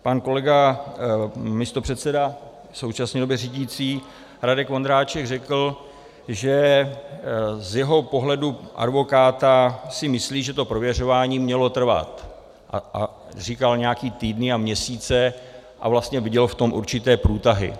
Pan kolega místopředseda, v současné době řídící Radek Vondráček řekl, že z jeho pohledu advokáta si myslí, že to prověřování mělo trvat, a říkal nějaké týdny a měsíce a vlastně viděl v tom určité průtahy.